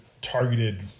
targeted